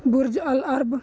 ਬੁਰਜ Al ਅਰਬ